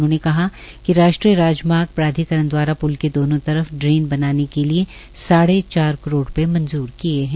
उन्होंने कहा कि राष्ट्रीय राजमार्ग प्राधिकरण द्वाराप्ल के दोनो तरफ ड्रेन बनाने के लिए साढ़े चार करोड़ रूपये मंजूर किये है